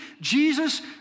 Jesus